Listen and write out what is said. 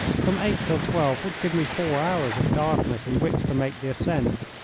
from eight till twelve would give me four hours of darkness in which to make the ascent.